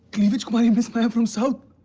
cleavage queen miss maya from south?